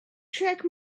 track